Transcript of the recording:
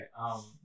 Okay